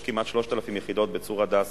יש כמעט 3,000 יחידות בצור-הדסה,